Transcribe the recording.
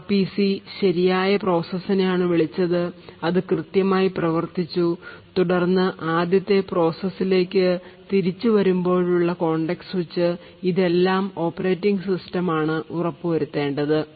R P C ശരിയായ പ്രോസസ്സിനെ ആണ് വിളിച്ചത് അത് കൃത്യമായി പ്രവർത്തിച്ചു തുടർന്ന് ആദ്യത്തെ പ്രോസസ്സ് ലേക്ക് തിരിച്ചു വരുമ്പോഴുള്ള കോണ്ടെക്സ്റ്റ് സ്വിച്ച് ഇതെല്ലാം ഓപ്പറേറ്റിംഗ് ആണ് ഉറപ്പുവരുത്തേണ്ടത്